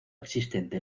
existente